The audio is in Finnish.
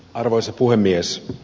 arvoisa puhemies